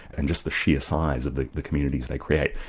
and just the sheer size of the the communities they create,